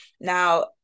Now